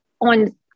on